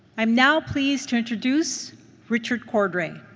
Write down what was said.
i am now pleased to introduce richard cordray.